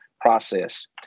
process